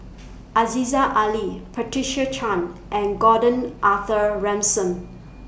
Aziza Ali Patricia Chan and Gordon Arthur Ransome